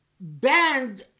banned